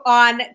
on